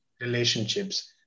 relationships